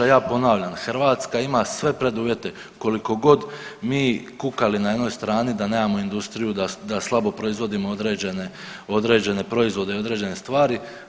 Ja ponavljam Hrvatska ima sve preduvjete koliko god mi kukali na jednoj strani da nemamo industriju, da slabo proizvodimo određene proizvode i određene stvari.